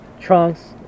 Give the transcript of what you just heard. Trunks